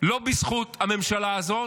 לא בזכות הממשלה הזאת,